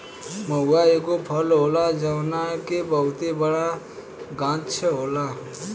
महुवा एगो फल होला जवना के बहुते बड़ गाछ होला